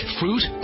fruit